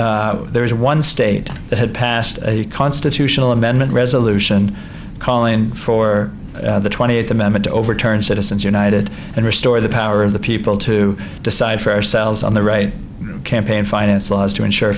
there was one state that had passed a constitutional amendment resolution calling for the twenty eighth amendment to overturn citizens united and restore the power of the people to decide for ourselves on the right campaign finance laws to ensure